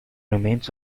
remains